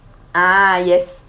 ah yes